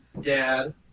Dad